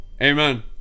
amen